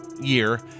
year